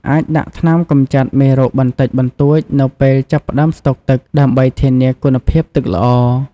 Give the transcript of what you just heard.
អាចដាក់ថ្នាំកម្ចាត់មេរោគបន្តិចបន្តួចនៅពេលចាប់ផ្តើមស្តុកទឹក ដើម្បីធានាគុណភាពទឹកល្អ។